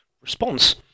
response